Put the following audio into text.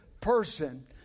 person